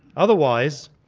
otherwise,